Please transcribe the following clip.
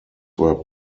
were